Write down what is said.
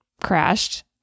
crashed